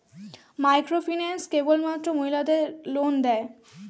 Microfinance কেবলমাত্র মহিলাদের loan দেয়?